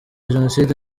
jenoside